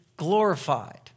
glorified